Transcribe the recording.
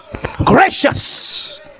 gracious